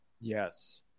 Yes